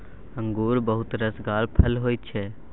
अंगुर बहुत रसगर फर होइ छै